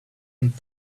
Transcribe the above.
and